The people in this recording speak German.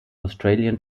australian